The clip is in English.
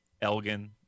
Elgin